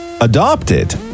adopted